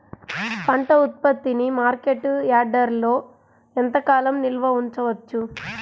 పంట ఉత్పత్తిని మార్కెట్ యార్డ్లలో ఎంతకాలం నిల్వ ఉంచవచ్చు?